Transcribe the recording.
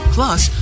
Plus